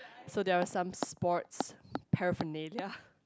so there are some sports paraphernalia